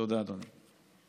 תודה, אדוני.